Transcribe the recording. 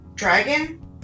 dragon